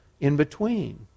in-between